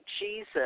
Jesus